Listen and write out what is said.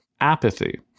apathy